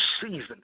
season